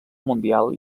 mundial